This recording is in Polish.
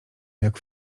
jak